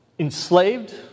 Enslaved